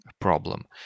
Problem